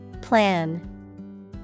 Plan